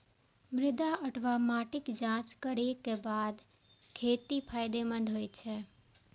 मृदा अथवा माटिक जांच करैक बाद खेती फायदेमंद होइ छै